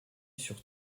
sur